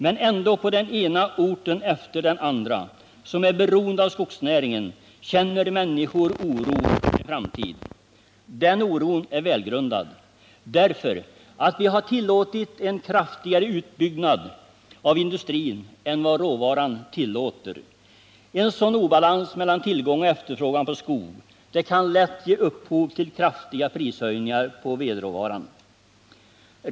Men ändå —- på den ena orten efter den andra, som är beroende av skogsnäringen, känner människor oro för sin framtid. Den oron är välgrundad, därför att vi har tillåtit en kraftigare utbyggnad av industrin än vad råvaran tillåter. En sådan obalans mellan tillgång och efterfrågan på skog kan lätt ge upphov till kraftiga prishöjningar på vedråvaran.